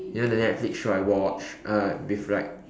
you know the Netflix show I watch uh with like